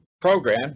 program